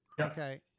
Okay